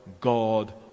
God